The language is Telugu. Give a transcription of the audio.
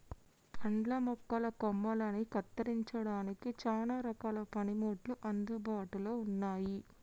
పండ్ల మొక్కల కొమ్మలని కత్తిరించడానికి సానా రకాల పనిముట్లు అందుబాటులో ఉన్నాయి